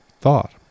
thought